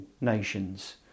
nations